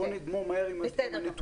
בואי נגמור מהר עם הנתונים.